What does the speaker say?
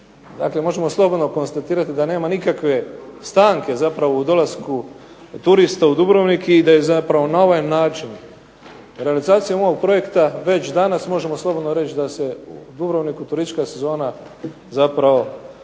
Dakle, možemo slobodno konstatirati da nema nikakve stanke zapravo u dolasku turista u Dubrovnik i da je zapravo na ovaj način realizacija ovog projekta već danas možemo slobodno reći da se u Dubrovniku turistička sezona zapravo